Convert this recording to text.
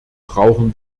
brauchen